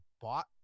bought